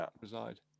reside